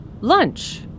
lunch